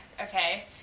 okay